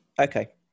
Okay